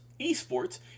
eSports